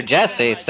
Jesse